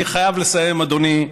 אני חייב לסיים, אדוני,